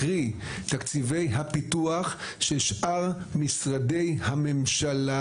קרי תקציבי הפיתוח של שאר משרדי הממשלה,